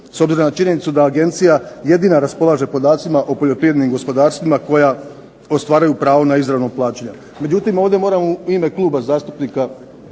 S obzirom na činjenicu da Agencija jedina raspolaže podacima o poljoprivrednim gospodarstvima koja ostvaruju pravo na izravno plaćanje. Međutim, ovdje moram u ime Kluba zastupnika